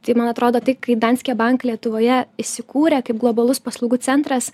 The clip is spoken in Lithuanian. tai man atrodo tai kai danske bank lietuvoje įsikūrė kaip globalus paslaugų centras